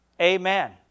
Amen